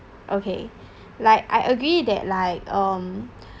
okay like I agree that like um